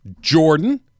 Jordan